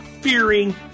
fearing